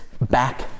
back